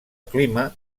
clima